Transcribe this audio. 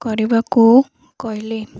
କରିବାକୁ କହିଲି